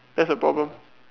that's the problem